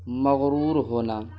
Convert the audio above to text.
مغرور ہونا